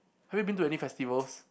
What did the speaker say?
have you been to any festivals